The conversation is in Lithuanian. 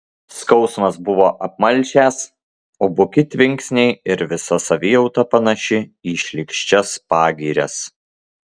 skausmas buvo apmalšęs o buki tvinksniai ir visa savijauta panaši į šlykščias pagirias